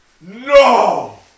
No